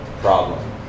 problem